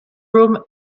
room